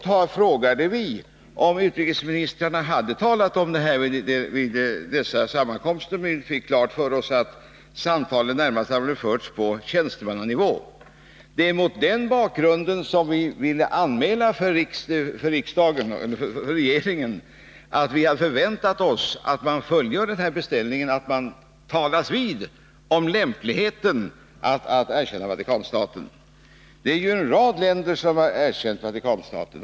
I år frågade vi i utskottet om utrikesministrarna hade talat om den här saken vid sina sammankomster, och vi fick klart för oss att samtalen förts närmast på tjänstemannanivå. Det är mot den bakgrunden som vi vill att riksdagen anmäler för regeringen att vi förväntar oss att man på ministernivå fullgör fjolårets beställning och talas vid om lämpligheten av att erkänna Vatikanstaten. En rad länder har ju erkänt Vatikanstaten.